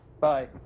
Bye